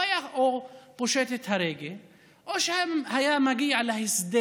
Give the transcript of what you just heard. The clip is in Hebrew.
הוא היה פושט את הרגל או היה מגיע להסדר